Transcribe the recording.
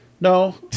No